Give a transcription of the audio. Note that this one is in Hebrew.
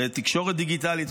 בתקשורת דיגיטלית,